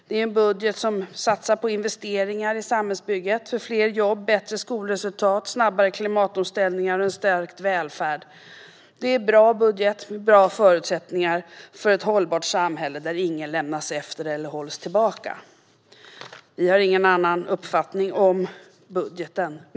Det är en budget som satsar på investeringar i samhällsbygget för fler jobb, bättre skolresultat, snabbare klimatomställningar och en stärkt välfärd. Det är en bra budget med bra förutsättningar för ett hållbart samhälle, där ingen lämnas efter eller hålls tillbaka. Vi har ingen annan uppfattning om budgeten.